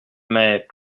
mais